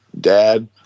dad